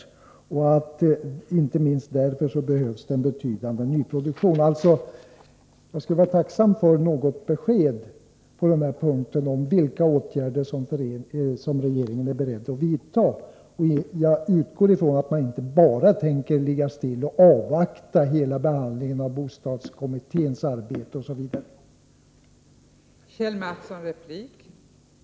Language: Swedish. Jag skulle alltså vara tacksam för något besked om vilka åtgärder regeringen är beredd att vidta. Jag utgår ifrån att man inte tänker ligga still och avvakta bostadskommitténs arbete och hela behandlingen av det.